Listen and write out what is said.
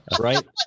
Right